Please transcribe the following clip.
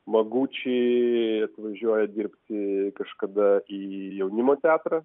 magučyj atvažiuoja dirbti kažkada į jaunimo teatrą